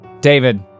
David